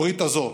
הברית הזאת